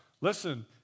Listen